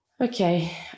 Okay